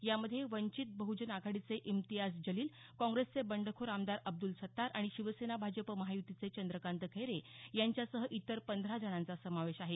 यामध्ये वंचित बह्जन आघाडीचे इम्तियाज जलील काँग्रेसचे बंडखोर आमदार अब्दुल सत्तार आणि शिवसेना भाजप महायुतीचे चंद्रकांत खैरे यांच्यासह इतर पंधरा जणांचा समावेश आहे